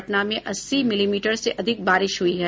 पटना में अस्सी मिलीमीटर से अधिक बारिश हुई है